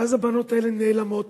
ואז הבנות האלה נעלמות